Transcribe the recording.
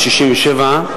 67,